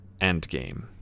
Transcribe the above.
Endgame